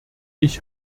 ich